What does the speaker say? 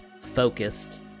focused